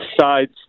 sides